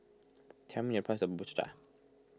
tell me the price of Cha Cha